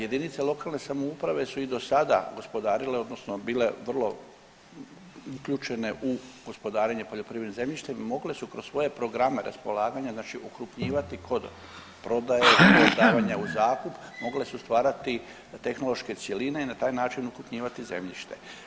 Jedinice lokalne samouprave su i dosada gospodarile odnosno bile vrlo upućene u gospodarenje poljoprivrednim zemljištem i mogle su kroz svoje programe raspolaganja znači ukrupnjivati kod prodaje, davanja u zakup, mogle su stvarati tehnološke cjeline i na taj način ukrupnjivati zemljište.